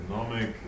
economic